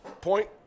point